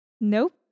Nope